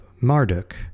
Marduk